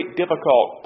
difficult